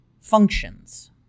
functions